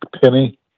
Penny